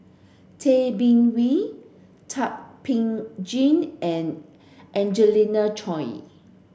Tay Bin Wee Thum Ping Tjin and Angelina Choy